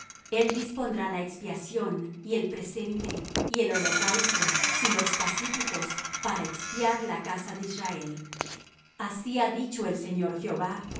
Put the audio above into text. él dispondrá la expiación y el presente y el holocausto y los pacíficos para expiar la casa de israel así ha dicho el señor jehová